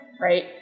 right